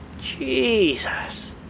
Jesus